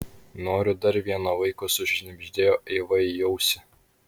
noriu dar vieno vaiko sušnibždėjo eiva į ausį